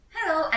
Hello